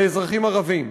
לאזרחים ערבים.